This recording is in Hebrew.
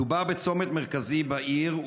מדובר בצומת מרכזי בעיר,